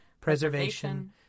preservation